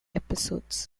episodes